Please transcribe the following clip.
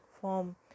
form